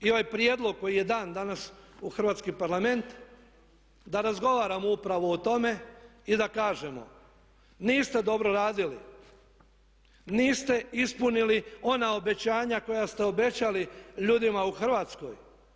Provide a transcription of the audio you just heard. I ovaj prijedlog koji je dan danas u Hrvatski parlament da razgovaramo upravo o tome i da kažemo niste dobro radili, niste ispunili ona obećanja koja ste obećali ljudima u Hrvatskoj.